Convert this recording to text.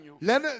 let